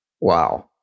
Wow